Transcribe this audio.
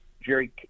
Jerry